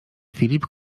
filip